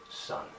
Son